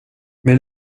mais